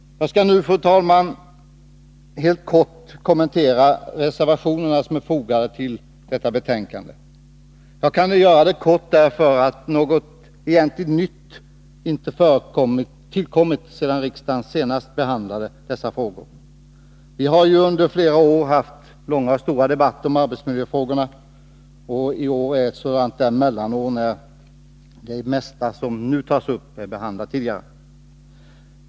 Herr talman! Jag skall nu helt kort kommentera de reservationer som är fogade till detta betänkande. Jag kan göra det kort därför att något egentligt nytt inte tillkommit sedan riksdagen senast behandlade dessa frågor. Vi har ju under flera år haft långa och stora debatter om arbetsmiljöfrågorna. I år är det ett sådant där mellanår, då det mesta av det som tas upp är behandlat tidigare.